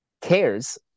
cares